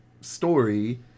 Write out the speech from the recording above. story